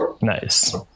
nice